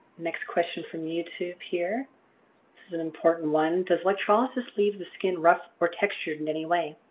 next question from youtube here, this is an important one. does electrolysis leave the skin rough or textured in any way?